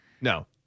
no